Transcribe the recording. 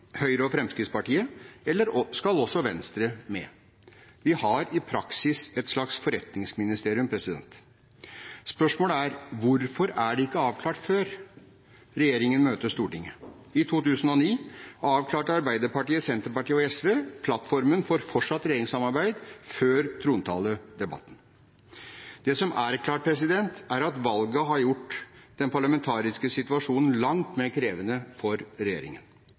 Høyre og Fremskrittspartiet, eller skal også Venstre med? Vi har i praksis et slags forretningsministerium. Spørsmålet er: Hvorfor er det ikke avklart før regjeringen møter Stortinget? I 2009 avklarte Arbeiderpartiet, Senterpartiet og SV plattformen for fortsatt regjeringssamarbeid før trontaledebatten. Det som er klart, er at valget har gjort den parlamentariske situasjonen langt mer krevende for regjeringen.